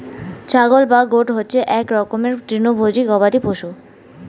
ছাগল বা গোট হচ্ছে এক রকমের তৃণভোজী গবাদি পশু